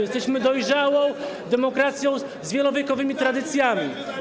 Jesteśmy dojrzałą demokracją z wielowiekowymi tradycjami.